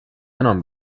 enam